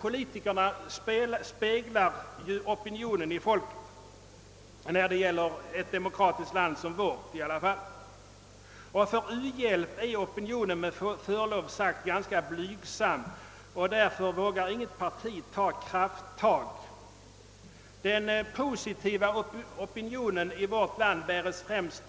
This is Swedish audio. Politikerna skall ju spegla opinionen, åtminstone i ett demokratiskt land som vårt. För u-hjälp är opinionen med för lov sagt ganska blygsam, och därför vågar inget parti ta krafttag. Den positiva opinionen i vårt land bäres främst